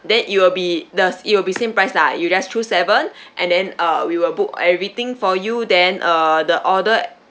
then you will be the it will be same price lah you just choose seven and then uh we will book everything for you then uh the order